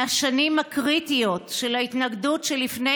מהשנים הקריטיות של ההתנגדות שלפני